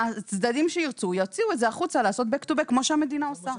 הצדדים שירצו יוציאו את זה החוצה לעשות גב אל גב כמו שהמדינה עושה.